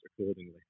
accordingly